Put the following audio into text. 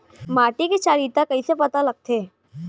माटी के क्षारीयता कइसे पता लगथे?